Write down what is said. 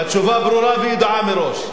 והתשובה ברורה וידועה מראש.